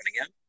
again